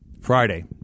Friday